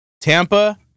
Tampa